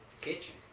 Kitchen